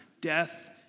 death